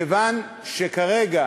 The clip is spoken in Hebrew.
מכיוון שכרגע